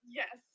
yes